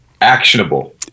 Actionable